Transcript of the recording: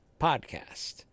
podcast